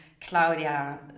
Claudia